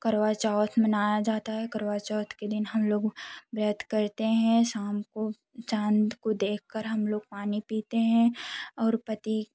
करवा चौथ मनाया जाता है करवा चौथ के दिन हम लोग व्रत करते हैं शाम को चाँद को देख कर हम लोग पानी पीते हैं और पति